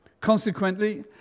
Consequently